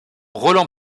roland